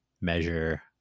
measure